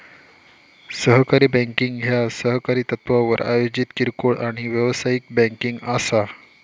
सहकारी बँकिंग ह्या सहकारी तत्त्वावर आयोजित किरकोळ आणि व्यावसायिक बँकिंग असा